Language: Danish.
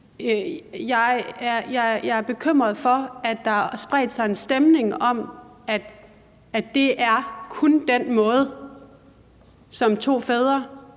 Jeg er bekymret for, at der har spredt sig en stemning af, at det kun er den måde, to fædre